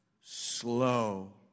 slow